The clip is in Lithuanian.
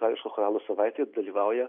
grigališko choralo savaitėje dalyvauja